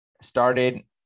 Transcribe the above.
started